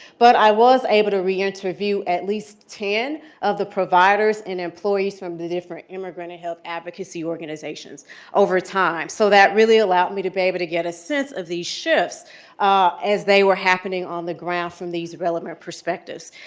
but i was able to reinterview at least ten of the providers and employees from the different immigrant and health advocacy organizations over time. so that really allowed me to be able to get a sense of these shifts as they were happening on the from these relevant perspectives.